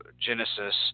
Genesis